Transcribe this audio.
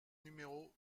numéro